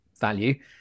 value